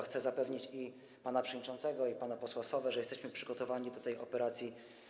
Chcę zapewnić i pana przewodniczącego, i pana posła Sowę, że jesteśmy przygotowani do tej operacji.